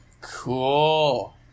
Cool